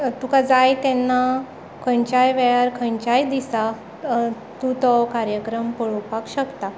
तुका जाय तेन्ना खंयच्याय वेळार खंयच्याय दिसा तूं तो कार्यक्रम पळोपाक शकता